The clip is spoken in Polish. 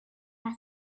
raz